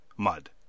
Mud